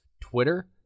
twitter